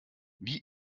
wie